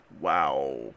Wow